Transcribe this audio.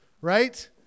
right